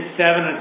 seven